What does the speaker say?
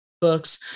Books